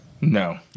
No